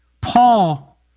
Paul